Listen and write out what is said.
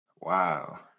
Wow